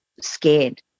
scared